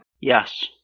Yes